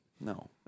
No